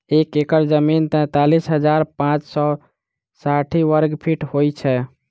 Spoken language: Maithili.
एक एकड़ जमीन तैँतालिस हजार पाँच सौ साठि वर्गफीट होइ छै